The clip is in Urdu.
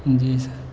جی سر